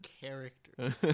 characters